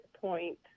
point